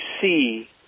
see